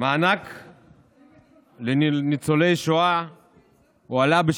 זה דבר שקורה כל